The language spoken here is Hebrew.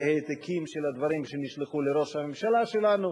העתקים של הדברים שנשלחו לראש הממשלה שלנו.